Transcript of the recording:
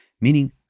meaning